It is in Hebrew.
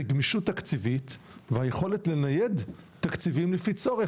גמישות תקציבית והיכולת לנייד תקציבים לפי צורך.